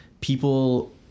people